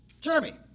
Jeremy